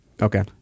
Okay